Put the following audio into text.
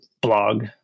blog